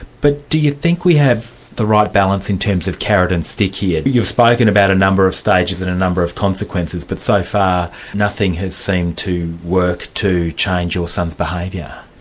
but do you think we have the right balance in terms of carrot and stick here? you've spoken about a number of stages and a number of consequences, but so far nothing has seemed to work to change your son's behaviour.